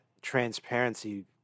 transparency